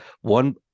one